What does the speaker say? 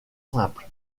simple